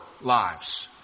lives